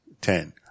Ten